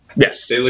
Yes